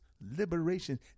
liberation